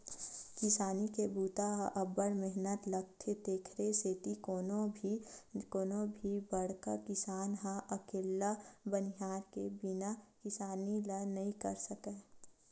किसानी के बूता म अब्ब्ड़ मेहनत लोगथे तेकरे सेती कोनो भी बड़का किसान ह अकेल्ला बनिहार के बिना किसानी ल नइ कर सकय